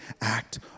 act